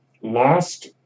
lost